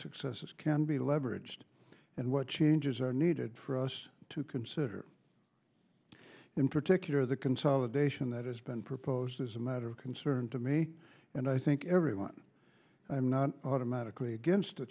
successes can be leveraged and what changes are needed for us to consider in particular the consolidation that has been proposed is a matter of concern to me and i think everyone i'm not automatically against a